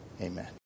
Amen